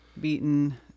beaten